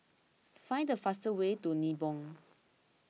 find the fastest way to Nibong